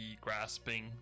grasping